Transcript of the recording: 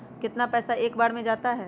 कितना पैसा एक बार में जाता है?